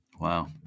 Wow